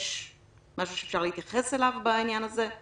יש משהו שאפשר להתייחס אליו בעניין הזה,